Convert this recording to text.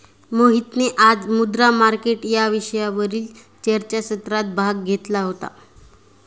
मोहितने आज मुद्रा मार्केट या विषयावरील चर्चासत्रात भाग घेतला होता